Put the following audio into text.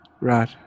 right